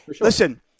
Listen